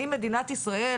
האם מדינת ישראל,